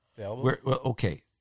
Okay